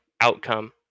outcome